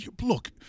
look